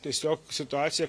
tiesiog situacija